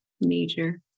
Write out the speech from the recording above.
major